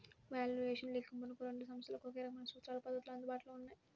valuation లెక్కింపునకు రెండు సంస్థలకు ఒకే రకమైన సూత్రాలు, పద్ధతులు అందుబాటులో ఉన్నాయి